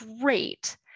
great